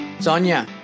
Sonia